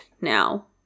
now